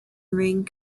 ring